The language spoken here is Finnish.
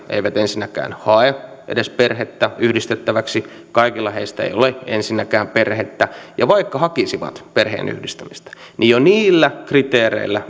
eivät ensinnäkään edes hae perhettä yhdistettäväksi kaikilla heistä ei ole ensinnäkään perhettä ja vaikka hakisivat perheenyhdistämistä niin jo niillä kriteereillä